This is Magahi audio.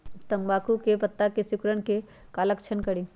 तम्बाकू के पत्ता में सिकुड़न के लक्षण हई का करी?